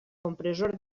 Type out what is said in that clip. compressor